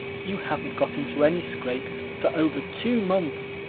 you haven't got into any scrape for over two months,